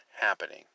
happening